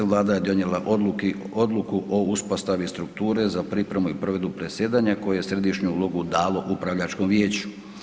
Vlada je donijela odluku o uspostavi strukture za pripremu i provedbu predsjedanja koje je središnju ulogu dalo upravljačkom vijeću.